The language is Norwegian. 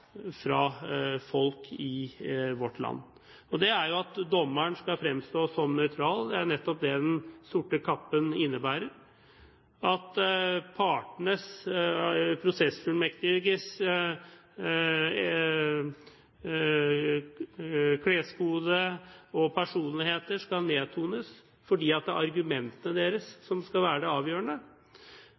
fra folk i vårt land. Dommeren skal fremstå som nøytral. Den sorte kappen innebærer nettopp at partenes prosessfullmektigers kleskode og personlighet skal nedtones, fordi det er argumentene deres som skal være det avgjørende.